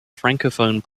francophone